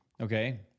Okay